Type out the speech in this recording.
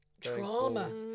Trauma